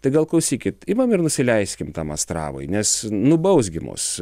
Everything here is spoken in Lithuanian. tai gal klausykit imam ir nusileiskim tam astravui nes nubaus gi mus